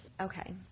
okay